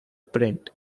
print